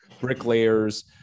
bricklayers